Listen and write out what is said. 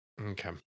Okay